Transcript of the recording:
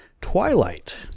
Twilight